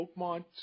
Oakmont